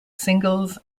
singles